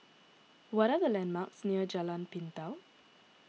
what are the landmarks near Jalan Pintau